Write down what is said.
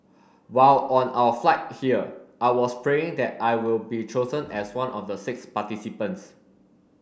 while on our flight here I was praying that I will be chosen as one of the six participants